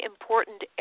important